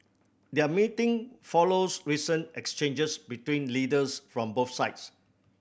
their meeting follows recent exchanges between leaders from both sides